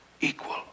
equal